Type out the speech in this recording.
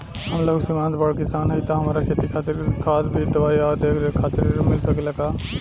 हम लघु सिमांत बड़ किसान हईं त हमरा खेती खातिर खाद बीज दवाई आ देखरेख खातिर ऋण मिल सकेला का?